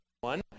one